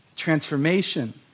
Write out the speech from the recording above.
Transformation